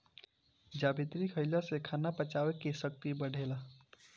जावित्री खईला से खाना पचावे के शक्ति बढ़ेला